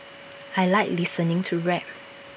I Like listening to rap